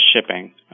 shipping